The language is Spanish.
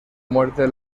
muerte